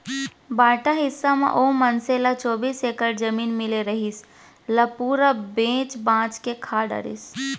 बांटा हिस्सा म ओ मनसे ल चौबीस एकड़ जमीन मिले रिहिस, ल पूरा बेंच भांज के खा डरिस